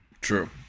true